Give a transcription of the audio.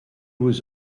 was